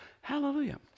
Hallelujah